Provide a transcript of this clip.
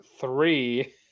three